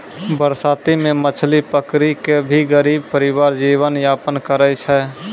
बरसाती मॅ मछली पकड़ी कॅ भी गरीब परिवार जीवन यापन करै छै